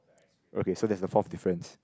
okay so there's a four difference